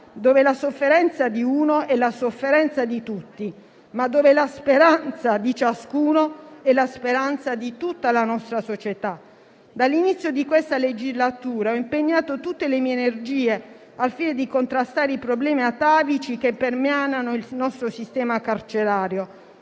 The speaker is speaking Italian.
dove la sofferenza di uno è la sofferenza di tutti, ma dove la speranza di ciascuno è la speranza di tutta la nostra società. Dall'inizio di questa legislatura ho impegnato tutte le mie energie al fine di contrastare i problemi atavici che permeano il nostro sistema carcerario.